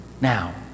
Now